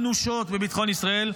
אנושות, בביטחון ישראל.